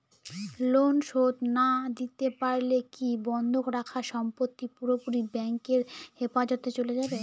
Loan শোধ না দিতে পারলে কি বন্ধক রাখা সম্পত্তি পুরোপুরি ব্যাংকের হেফাজতে চলে যাবে?